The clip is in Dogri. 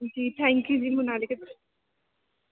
जी थैंक यू जी मुनालिका